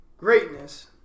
Greatness